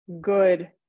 good